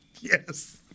yes